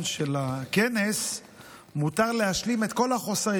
של הכנס מותר להשלים את כל החוסרים.